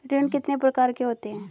ऋण कितने प्रकार के होते हैं?